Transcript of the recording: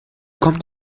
kommt